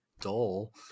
dull